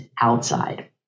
outside